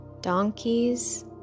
donkeys